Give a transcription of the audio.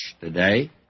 today